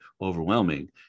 overwhelming